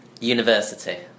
University